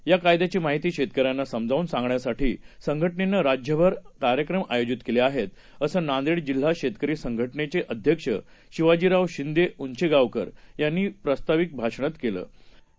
याकायद्याचीमाहितीशेतकऱ्यांनासमजावूनसांगण्यासाठीसंघटनेनंराज्यभरकार्यक्रमआयोजितकेलेआहेत असंनांदेडजिल्हाशेतकरीसंघटनेचेअध्यक्षशिवाजीरावशिंदेऊंचेगावकरयांनीप्रास्ताविकभाषणातसांगितले